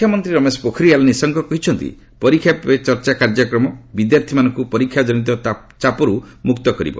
ଶିକ୍ଷାମନ୍ତ୍ରୀ ରମେଶ ପୋଖରିଆଲ ନିଶଙ୍କ କହିଛନ୍ତି ପରୀକ୍ଷା ପେ ଚର୍ଚ୍ଚା କାର୍ଯ୍ୟକ୍ରମ ବିଦ୍ୟାର୍ଥୀମାନଙ୍କୁ ପରୀକ୍ଷାଜନିତ ଚାପରୁ ମୁକ୍ତ କରିବ